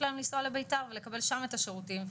להם לנסוע לביתר ולקבל שם את השירותים,